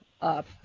up